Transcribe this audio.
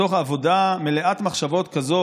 בתוך "עבודה מלאת מחשבות כזו",